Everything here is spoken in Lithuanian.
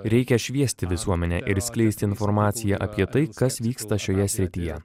reikia šviesti visuomenę ir skleisti informaciją apie tai kas vyksta šioje srityje